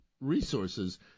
resources